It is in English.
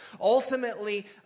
Ultimately